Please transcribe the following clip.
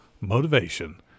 motivation